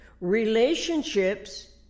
Relationships